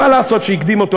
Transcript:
מה לעשות שהקדים אותו,